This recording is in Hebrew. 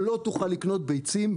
לא תוכל לקנות ביצים,